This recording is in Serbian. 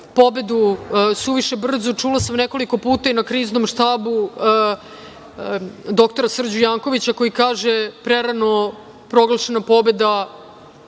pobedu suviše brzo. Čula sam nekoliko puta i na Kriznom štabu dr Srđu Jankovića, koji kaže – prerano proglašena pobeda